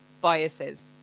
biases